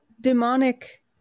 demonic